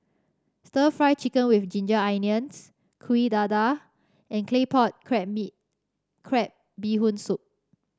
stir Fry Chicken with Ginger Onions Kuih Dadar and claypot crab bee Crab Bee Hoon Soup